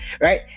right